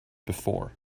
before